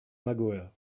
magoër